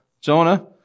Jonah